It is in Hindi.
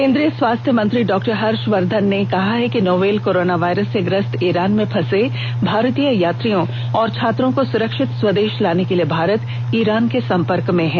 केंद्रीय स्वास्थ्य मंत्री डॉ हर्षवर्धन ने आज कहा है कि नोवल कोरोना वायरस से ग्रस्त ईरान में फंसे भारतीय यात्रियों और छात्रों को सुरक्षित स्वदेश लाने के लिए भारत ईरान के सम्पर्क में है